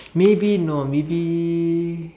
maybe no maybe